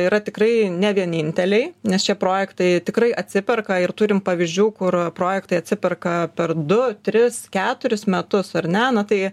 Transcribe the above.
yra tikrai ne vieninteliai nes šie projektai tikrai atsiperka ir turime pavyzdžių kur projektai atsiperka per du tris keturis metus ar ne na tai